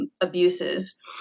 abuses